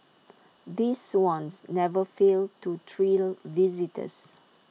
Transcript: these swans never fail to thrill visitors